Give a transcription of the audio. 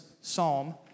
psalm